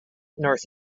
north